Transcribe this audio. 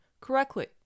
correctly